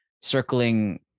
circling